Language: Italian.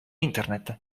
internet